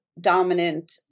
dominant